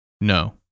no